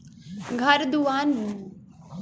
घर दुआर मकान के बीमा जरूरी हौ